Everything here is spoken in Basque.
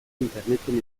interneten